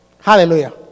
hallelujah